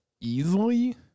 easily